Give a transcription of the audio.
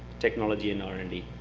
technology and r and d.